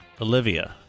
Olivia